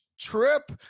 trip